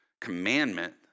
commandment